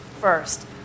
first